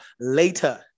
later